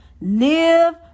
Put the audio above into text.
Live